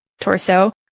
torso